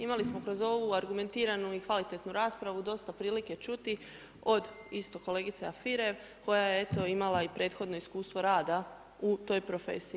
Imali smo kroz ovu argumentiranu i kvalitetnu raspravu dosta prilike čuti, od isto kolegice Alfirev, koja je eto imala i prethodno iskustvo rada u toj profesiji.